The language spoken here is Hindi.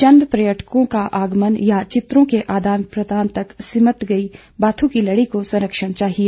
चंद पर्यटकों का आगमन या चित्रों के आदान प्रदान तक सिमट गई बाथू की लड़ी को संरक्षण चाहिए